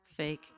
fake